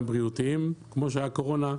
גם בריאותיים כמו הקורונה,